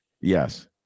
Yes